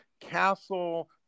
castle